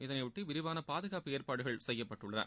இதனையொட்டி விரிவான பாதுகாப்பு ஏற்பாடுகள் செய்யப்பட்டுள்ளன